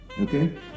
okay